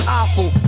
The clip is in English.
awful